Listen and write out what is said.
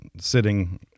sitting